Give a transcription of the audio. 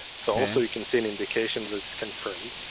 so also you can see an indication that's confirmed.